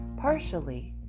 Partially